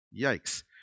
Yikes